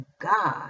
God